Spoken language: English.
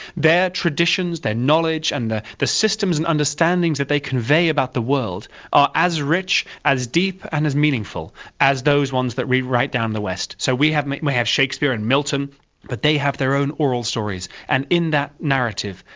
their traditions, their knowledge and the the systems and understandings that they convey about the world are as rich, as deep and as meaningful as those ones that we write down in the west. so we have we have shakespeare and milton but they have their own oral stories, and in that narrative,